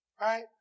right